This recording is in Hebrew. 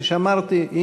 כפי שאמרתי,